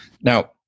now